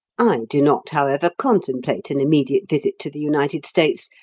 i do not, however, contemplate an immediate visit to the united states,